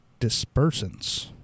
dispersants